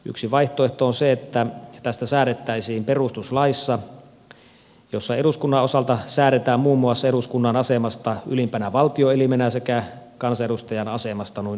yksi vaihtoehto on se että tästä säädettäisiin perustuslaissa jossa eduskunnan osalta säädetään muun muassa eduskunnan asemasta ylimpänä valtioelimenä sekä kansanedustajan asemasta noin yleensä